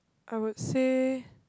I would say